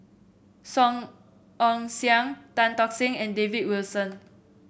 Song Ong Siang Tan Tock Seng and David Wilson